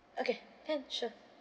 okay can sure